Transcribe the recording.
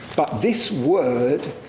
but this word,